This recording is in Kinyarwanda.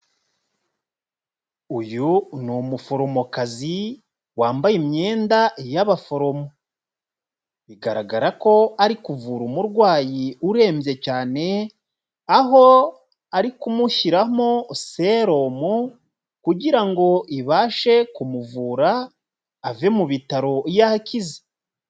Uyu ni umuforomokazi wambaye imyenda y'abaforomo. Bigaragara ko ari kuvura umurwayi urembye cyane, aho ari kumushyiramo serumu kugira ngo ibashe kumuvura, ave mu bitaro yakize.